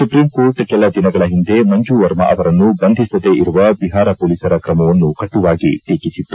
supreme court ಕೆಲ ದಿನಗಳ ಹಿಂದೆ ಮಂಜು ವರ್ಮ ಅವರನ್ನು ಬಂಧಿಸದೇ ಇರುವ ಬಿಹಾರ ಪೊಲೀಸರ ಕ್ರಮವನ್ನು ಕಟುವಾಗಿ ಟೀಕಿಸಿತ್ತು